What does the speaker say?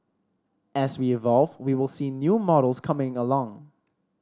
as we evolve we will see new models coming along